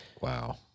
Wow